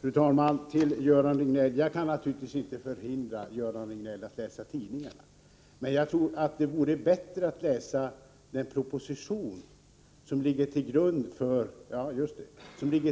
Fru talman! Till Göran Riegnell: Jag kan naturligtvis inte hindra Göran Riegnell att läsa tidningarna, men jag tror att det vore bättre att läsa den proposition som ligger